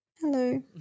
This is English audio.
Hello